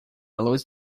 luz